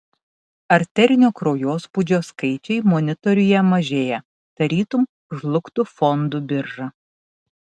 arterinio kraujospūdžio skaičiai monitoriuje mažėja tarytum žlugtų fondų birža